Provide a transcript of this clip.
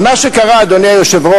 אבל מה שקרה, אדוני היושב-ראש,